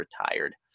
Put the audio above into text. retired